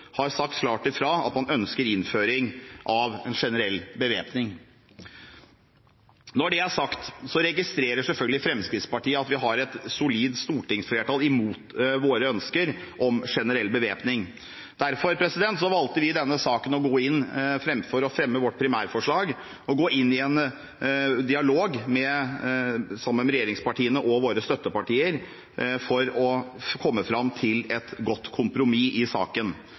har sagt klart ifra om at man ønsker innføring av en generell bevæpning. Når det er sagt, registrerer selvfølgelig Fremskrittspartiet at vi har et solid stortingsflertall imot våre ønsker om generell bevæpning. Derfor valgte vi i denne saken å gå inn i en dialog med det andre regjeringspartiet, Høyre, og våre støttepartier – framfor å fremme vårt primærforslag – for å komme fram til et godt kompromiss i saken.